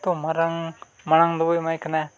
ᱛᱚ ᱢᱟᱨᱟᱝ ᱢᱟᱲᱟᱝ ᱵᱩᱨᱩᱭ ᱮᱢᱟᱭ ᱠᱟᱱᱟᱭ